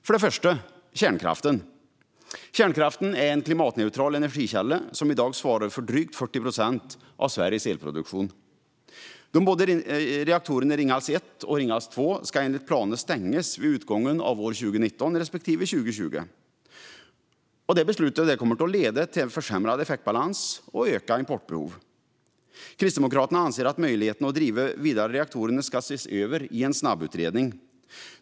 För det första kärnkraften: Kärnkraften är en klimatneutral energikälla som i dag svarar för drygt 40 procent av Sveriges elproduktion. De båda reaktorerna Ringhals 1 och 2 ska enligt planerna stängas vid utgången av år 2019 respektive 2020. Det beslutet kommer att leda till försämrad effektbalans och ökat importbehov. Kristdemokraterna anser att möjligheterna att driva vidare reaktorerna ska ses över i en snabbutredning.